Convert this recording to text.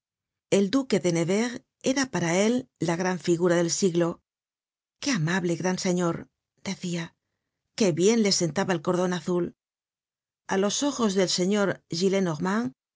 el duque de nevers era para él la gran figura del siglo qué amable gran señor decia qué bien le sentaba el cordon azul a los ojos del señor